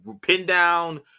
pin-down